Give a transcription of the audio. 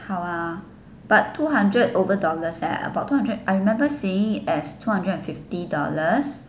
好 ah but two hundred over dollars eh about two hundred I remember seeing as two hundred and fifty dollars